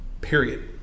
Period